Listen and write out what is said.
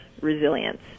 resilience